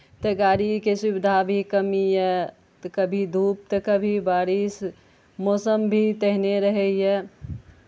तऽ गाड़ीके सुविधा भी कमी यए तऽ कभी धूप तऽ कभी बारिश मौसम भी तेहने रहैए